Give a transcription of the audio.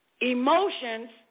Emotions